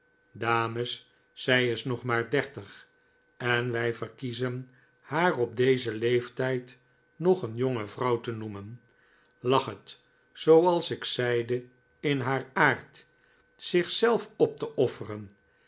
dames zij is nog maar dertig en wij verkiezen haar op dezen leeftijd nog een jonge vrouw te noemen lag het zooals ik zeide in haar aard zichzelf op te offeren